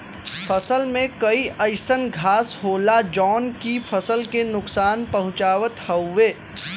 फसल में कई अइसन घास होला जौन की फसल के नुकसान पहुँचावत हउवे